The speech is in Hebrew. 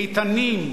איתנים,